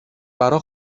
برا